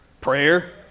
Prayer